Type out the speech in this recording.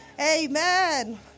Amen